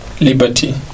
liberty